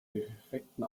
defekten